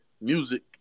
Music